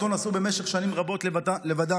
שאותו נשאו במשך שנים רבות לבדן,